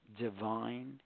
divine